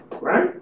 Right